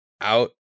out